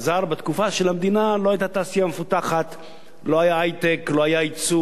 איגרות חוב למדינה, שהמדינה בעצם מכרה בעצם איגרות